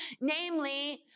namely